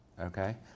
Okay